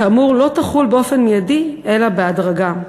כאמור, לא תחול באופן מיידי אלא בהדרגה.